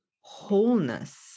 wholeness